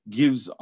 gives